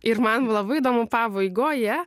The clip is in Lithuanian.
ir man labai įdomu pabaigoje